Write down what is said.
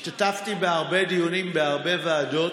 השתתפתי בהרבה דיונים בהרבה ועדות.